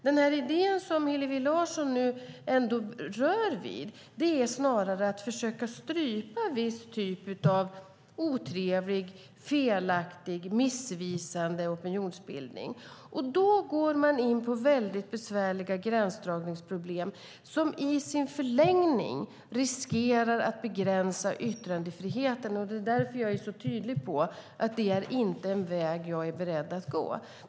Den idé som Hillevi Larsson nu rör vid är snarare att försöka strypa en viss typ av otrevlig, felaktig och missvisande opinionsbildning. Då går man in i väldigt besvärliga gränsdragningsproblem som i sin förlängning riskerar att begränsa yttrandefriheten. Det är därför jag är så tydlig med att detta inte är en väg jag är beredd att gå.